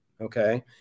Okay